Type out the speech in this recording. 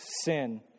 sin